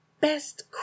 best